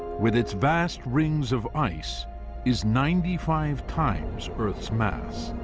with its vast rings of ice is ninety five times earth's mass.